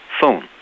phone